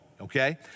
okay